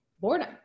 boredom